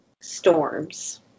storms